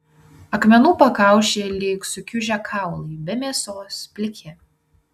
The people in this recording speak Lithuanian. akmenų pakaušiai lyg sukiužę kaulai be mėsos pliki